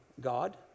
God